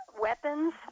weapons